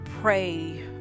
pray